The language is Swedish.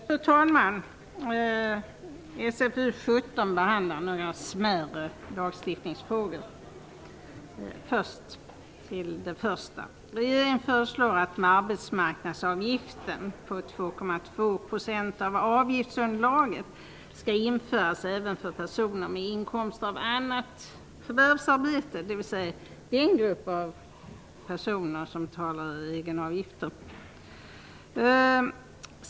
Fru talman! I SfU17 behandlas några smärre lagstiftningsfrågor. Till att börja med föreslår regeringen att en arbetsmarknadsavgiften på 2,2 % av avgiftsunderlaget skall införas även för personer med inkomster av annat förvärvsarbete, dvs. den grupp av personer som betalar egenavgifter.